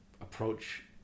approach